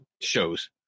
shows